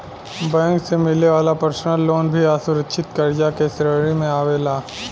bank से मिले वाला पर्सनल लोन भी असुरक्षित कर्जा के श्रेणी में आवेला